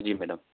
जी madam